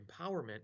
empowerment